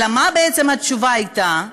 אלא מה בעצם הייתה התשובה?